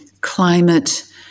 climate